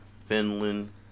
Finland